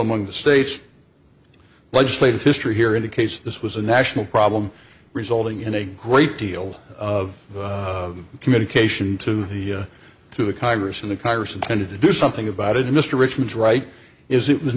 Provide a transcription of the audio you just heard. among the states legislative history here indicates this was a national problem resulting in a great deal of communication to the to the congress and the congress intended to do something about it mr richmond's right is it was